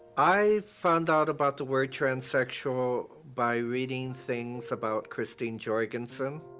i found out about the word transsexual by reading things about christine jorgensen.